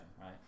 right